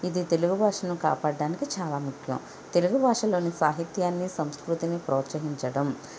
ఇది తెలుగు భాషను కాపాడడానికి చాలా ముఖ్యం తెలుగు భాషలోని సాహిత్యాన్ని సంస్కృతిని ప్రోత్సహించడం